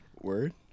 Word